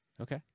Okay